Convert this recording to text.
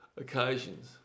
occasions